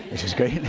which is great